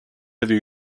avez